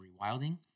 rewilding